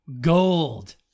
gold